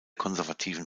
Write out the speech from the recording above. konservativen